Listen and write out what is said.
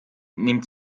nimmt